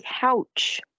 couch